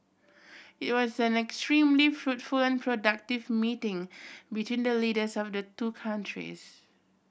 it was an extremely fruitful and productive meeting between the leaders of the two countries